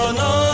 no